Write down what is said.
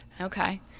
Okay